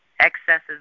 excesses